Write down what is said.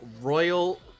royal